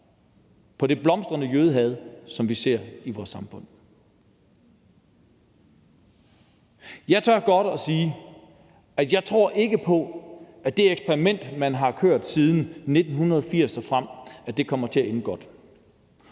på det blomstrende jødehad, som vi ser i vores samfund. Jeg tør godt at sige, at jeg ikke tror på, at det eksperiment, man har kørt siden 1980 og frem, kommer til at ende godt,